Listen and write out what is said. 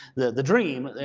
the the dream,